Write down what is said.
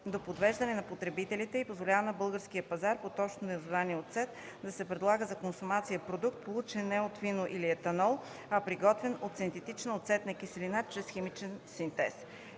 до подвеждане на потребителите и позволява на българския пазар под общото название „oцет” да се предлага за консумация продукт, получен не от вино или етанол, а приготвен от синтетична оцетна киселина, чрез химичен синтез.